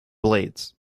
blades